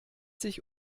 sich